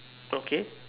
okay